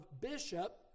bishop